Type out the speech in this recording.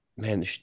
Man